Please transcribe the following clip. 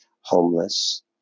homeless